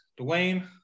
Dwayne